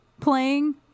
playing